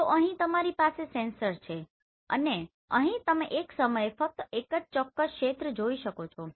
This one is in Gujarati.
તો અહીં તમારી પાસે સેન્સર છે અને અહીં તમે એક સમયે ફક્ત એક જ વિશિષ્ટ ક્ષેત્ર જોઈ શકો છો